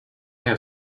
have